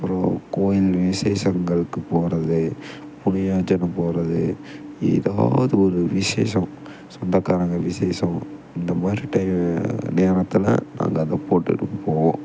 அப்புறோம் கோயில் விஷேசங்களுக்கு போகறது போகறது எதாவது ஒரு விஷேசம் சொந்தக்காரங்கள் விஷேசம் இந்த மாதிரி டை நேரத்தில் நாங்கள் அதை போட்டுகிட்டு போவோம்